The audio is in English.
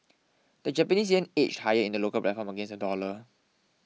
the Japanese yen edged higher in the local platform against the dollar